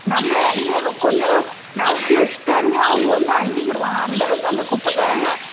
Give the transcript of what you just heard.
நம்மளே அள்ளி அதில் கொஞ்சம் நகட்டி வச்சுட்டாலுமே அவங்க வந்து அள்ளிக்கிடுவாங்க அந்தளவுக்கு அந்த குப்பைக்காரவங்களாம்